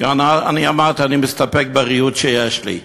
כי אני אמרתי: אני מסתפק בריהוט שיש לי.